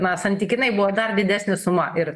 na santykinai buvo dar didesnė suma ir